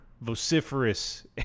vociferous